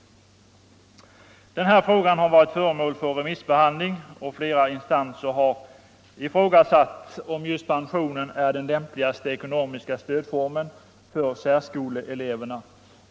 Den här frågan har varit föremål för remissbehandling, och flera instanser har ifrågasatt om just pensionen är den lämpligaste ekonomiska stödformen för särskoleeleverna.